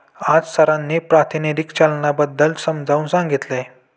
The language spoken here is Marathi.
आज सरांनी प्रातिनिधिक चलनाबद्दल समजावून सांगितले